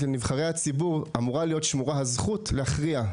לנבחרי הציבור אמורה להיות שמורה הזכות להכריע.